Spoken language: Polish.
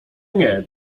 nie